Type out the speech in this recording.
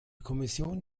kommission